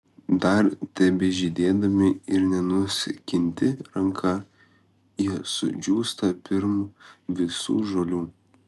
dar tebežydėdami ir nenuskinti ranka jie sudžiūsta pirm visų žolių